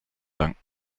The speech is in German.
danken